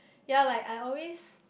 ya like I always